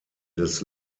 des